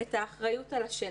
את האחריות על השני.